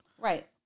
Right